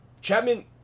Chapman